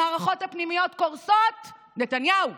המערכות הפנימיות קורסות, נתניהו,